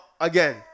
again